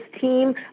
team